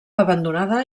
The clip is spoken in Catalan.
abandonada